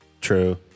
True